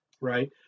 right